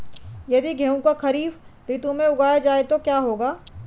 यदि गेहूँ को खरीफ ऋतु में उगाया जाए तो क्या होगा?